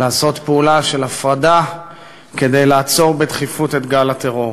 לעשות פעולה של הפרדה כדי לעצור בדחיפות את גל הטרור.